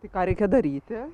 tai ką reikia daryti